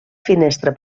finestra